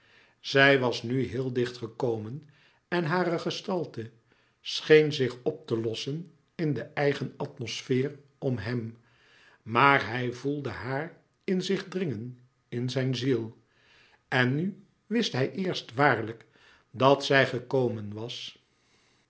zij was nu heel dicht gekomen en hare gestalte scheen zich op te lossen in de eigen atmosfeer om hem maar hij voelde haar in zich dringen in zijn ziel en n wist hij eerst waarlijk dat zij gekomen was